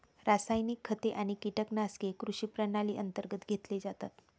रासायनिक खते आणि कीटकनाशके कृषी प्रणाली अंतर्गत घेतले जातात